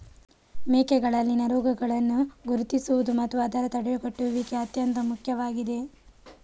ಮೇಕೆಗಳಲ್ಲಿನ ರೋಗಗಳನ್ನು ಗುರುತಿಸುವುದು ಮತ್ತು ಅದರ ತಡೆಗಟ್ಟುವಿಕೆ ಅತ್ಯಂತ ಮುಖ್ಯವಾಗಿದೆ